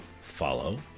follow